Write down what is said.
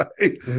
right